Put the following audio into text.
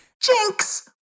Jinx